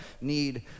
need